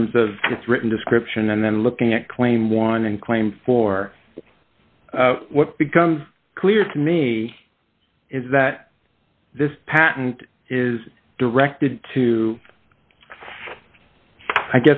terms of its written description and then looking at claim one and claim for what becomes clear to me is that this patent is directed to i